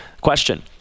Question